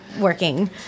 working